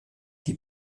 die